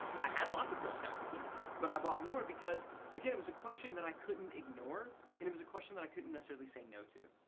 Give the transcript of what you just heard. i lots of girl scout cookies but i bought more because again, it was a question that i couldn't ignore and it was a question that i couldn't necessarily say no to.